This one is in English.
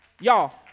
Y'all